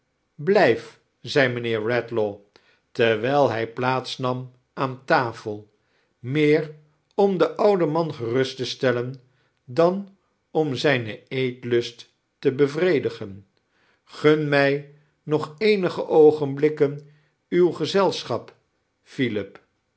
blijf zei mrjnhesr redlaw terwijl hij plaats nam aan tafel meer om den ouden man gemist te stellen dan osn zijn eeijust te bevredigen oum mij nog eeaaige oogenblikketn wn gezeisohap philip